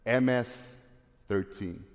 MS-13